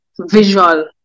visual